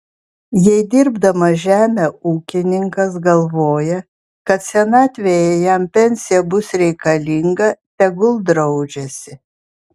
jei dirbdamas žemę ūkininkas galvoja kad senatvėje jam pensija bus reikalinga tegul draudžiasi